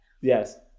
Yes